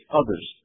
others